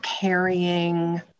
carrying